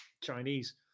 Chinese